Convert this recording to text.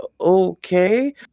okay